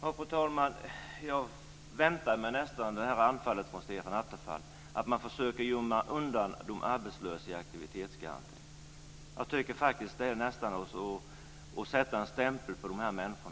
Fru talman! Jag väntade mig nästan detta anfall från Stefan Attefall om att man försöker gömma undan de arbetslösa i aktivitetsgarantin. Jag tycker faktiskt att det är att sätta en stämpel på dessa människor.